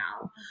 now